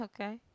Okay